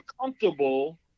comfortable